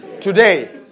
Today